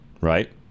right